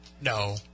No